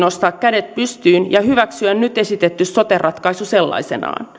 nostaa kädet pystyyn ja hyväksyä nyt esitetty sote ratkaisu sellaisenaan